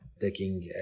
taking